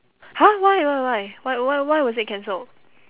!huh! why why why wh~ why why was it cancelled